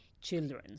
children